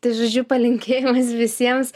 tai žodžiu palinkėjau visiems